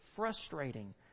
frustrating